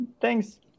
thanks